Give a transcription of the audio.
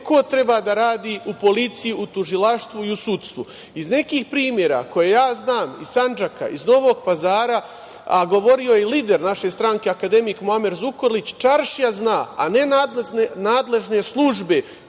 ko treba da radi u policiji, u tužilaštvu i u sudstvu? Iz nekih primera koje ja znam iz Sandžaka, iz Novog Pazara, a govorio je i lider naše stranke akademik Muamer Zukorlić, čaršija zna, a ne nadležne službe,